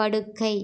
படுக்கை